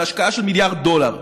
בהשקעה של מיליארד דולר.